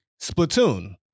Splatoon